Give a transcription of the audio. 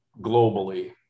globally